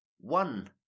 one